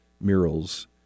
murals